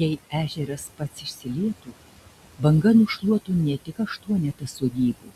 jei ežeras pats išsilietų banga nušluotų ne tik aštuonetą sodybų